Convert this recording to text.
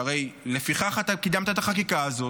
שהרי לפיכך אתה קידמת את החקיקה הזאת,